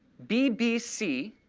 bbc,